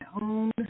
own